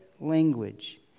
language